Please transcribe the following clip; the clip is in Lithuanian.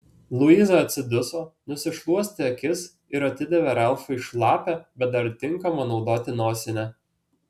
luiza atsiduso nusišluostė akis ir atidavė ralfui šlapią bet dar tinkamą naudoti nosinę